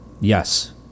Yes